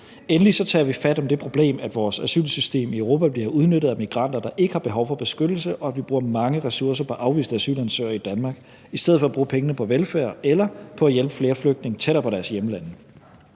Endelig tager vi fat om det problem, at vores asylsystem i Europa bliver udnyttet af migranter, der ikke har behov for beskyttelse, og vi bruger mange ressourcer på afviste asylansøgere i Danmark i stedet for at bruge pengene på velfærd eller på at hjælpe flere flygtninge tættere på deres hjemlande.